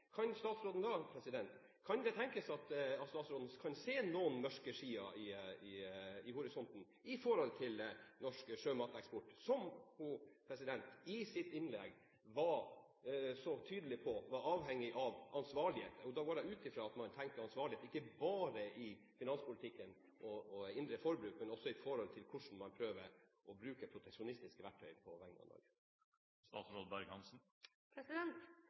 kan det da tenkes at statsråden kan se noen mørke skyer i horisonten med tanke på norsk sjømateksport, som hun i sitt innlegg var så tydelig på var avhengig av ansvarlighet? Da går jeg ut fra at man tenker ansvarlighet ikke bare i finanspolitikken og indre forbruk, men også med tanke på hvordan man prøver å bruke proteksjonistiske verktøy på vegne av Norge.